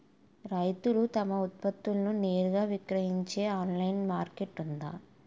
రైతులు తమ ఉత్పత్తులను నేరుగా విక్రయించే ఆన్లైన్ మార్కెట్ ఉందా?